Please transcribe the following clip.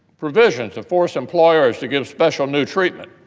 provisions to force employers to give special new treatment